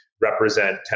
represent